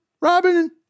Robin